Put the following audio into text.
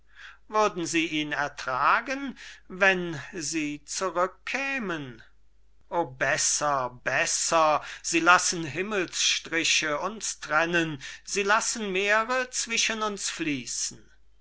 würden sie ihn ertragen wenn sie zurückkämen o besser besser sie lassen himmelsstriche uns trennen sie lassen meere zwischen uns fließen